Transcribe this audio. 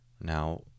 Now